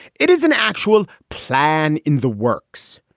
it is an actual plan in the works.